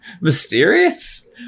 Mysterious